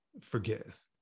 forgive